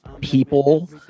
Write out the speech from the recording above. people